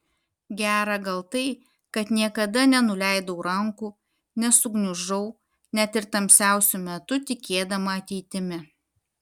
gera gal tai kad niekada nenuleidau rankų nesugniužau net ir tamsiausiu metu tikėdama ateitimi